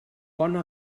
bona